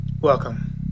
Welcome